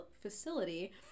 facility